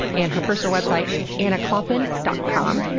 and her personal website is annaklompen dot com.